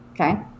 okay